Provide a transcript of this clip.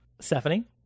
Stephanie